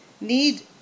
need